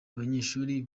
abanyeshuri